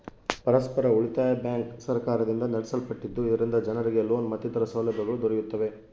ಪರಸ್ಪರ ಉಳಿತಾಯ ಬ್ಯಾಂಕ್ ಸರ್ಕಾರದಿಂದ ನಡೆಸಲ್ಪಟ್ಟಿದ್ದು, ಇದರಿಂದ ಜನರಿಗೆ ಲೋನ್ ಮತ್ತಿತರ ಸೌಲಭ್ಯಗಳು ದೊರೆಯುತ್ತವೆ